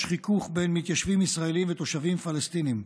חיכוך בין מתיישבים ישראלים ותושבים פלסטינים,